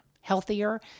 healthier